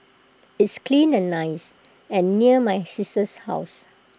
it's clean and nice and near my sister's house